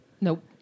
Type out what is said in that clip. Nope